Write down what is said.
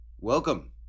Welcome